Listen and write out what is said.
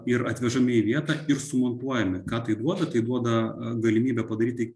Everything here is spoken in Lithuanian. ir atvežame į vietą ir sumontuojami ką tai duoda tai duoda galimybę padaryti